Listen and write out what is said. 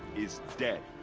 is dead.